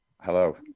Hello